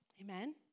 Amen